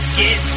get